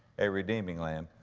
a redeeming lamb.